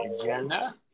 agenda